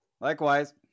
Likewise